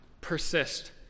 persist